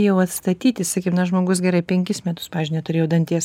jau atstatyti sakykim na žmogus gerai penkis metus pavyzdžiui neturėjo danties